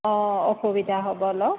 অ অসুবিধা হ'ব অলপ